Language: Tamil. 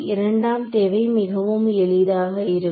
இரண்டாம் தேவை மிகவும் எளிதாக இருக்கும்